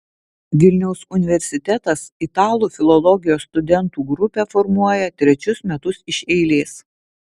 vilniaus universitetas italų filologijos studentų grupę formuoja trečius metus iš eilės